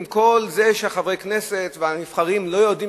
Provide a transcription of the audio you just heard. עם כל זה שחברי הכנסת והנבחרים לא יודעים